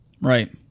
Right